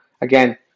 again